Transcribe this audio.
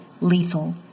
lethal